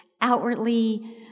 outwardly